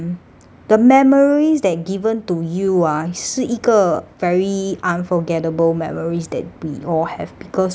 the memories that given to you ah 是一个 very unforgettable memories that we all have because uh